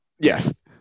Yes